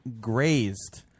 grazed